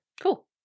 Cool